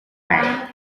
bank